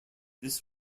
this